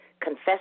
Confess